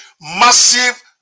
massive